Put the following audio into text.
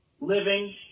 living